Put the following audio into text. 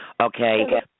Okay